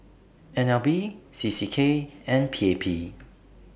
N L B C C K and P A P